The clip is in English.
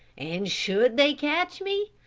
and should they catch me,